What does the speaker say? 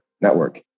network